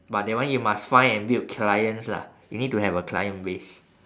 but that one you must find and build clients lah you need to have a client base